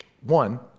One